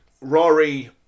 Rory